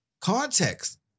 context